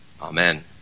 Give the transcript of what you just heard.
Amen